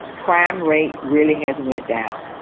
crime rate really hasn't went down